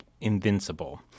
invincible